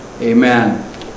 amen